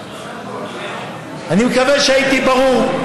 אני מקווה שהייתי ברור.